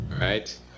right